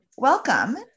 Welcome